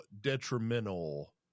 detrimental